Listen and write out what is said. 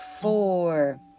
four